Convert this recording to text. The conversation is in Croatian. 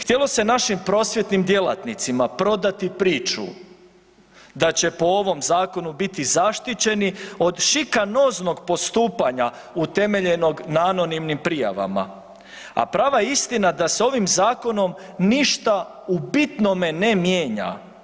Htjelo se našim prosvjetnim djelatnicima prodati priču da će po ovom zakonu biti zaštićeni od šikanoznog postupanja utemeljenog na anonimnim prijavama, a prava istina da s ovim zakonom ništa u bitnome ne mijenja.